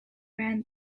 ran